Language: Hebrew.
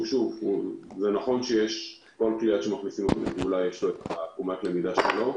זה נכון שלכל כלי שמכניסים לפעולה יש את עקומת הלמידה שלו,